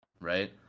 right